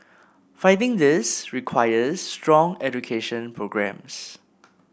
fighting this requires strong education programmes